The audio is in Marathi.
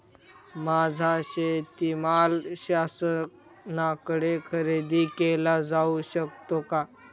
माझा शेतीमाल शासनाकडे खरेदी केला जाऊ शकतो का?